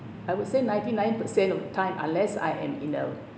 I would say ninety nine percent of time unless I am in a